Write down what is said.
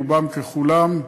רובם ככולם,